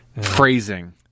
Phrasing